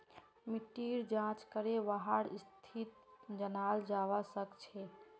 मिट्टीर जाँच करे वहार स्थिति जनाल जवा सक छे